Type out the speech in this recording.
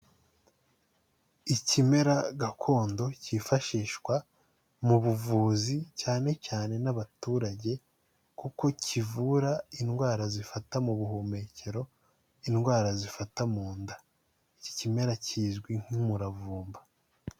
Ikimera gakondo cyifashishwa mu buvuzi cyane cyane n'abaturage kuko kivura indwara zifata mu buhumekero. indwara zifata mu nda, iki kimera kizwi nk'umuravumba.